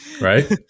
right